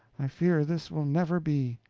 i fear this will never be.